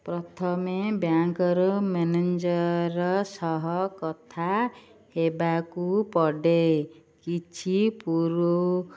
ପ୍ରଥମେ ବ୍ୟାଙ୍କ୍ର ମ୍ୟାନେଞ୍ଜର୍ ସହ କଥା ହେବାକୁ ପଡ଼େ କିଛି ପୂରୁ